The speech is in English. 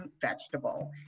vegetable